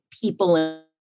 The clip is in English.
people